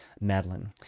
Madeline